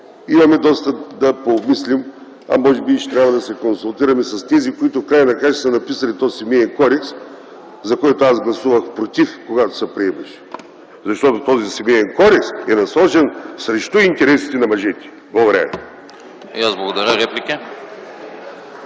време да я пообмислим, а може би ще трябва да се консултираме с тези, които, в края на краищата, са написали този Семеен кодекс, за който аз гласувах „против”, когато се приемаше, защото този Семеен кодекс е насочен срещу интересите на мъжете!